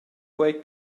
quei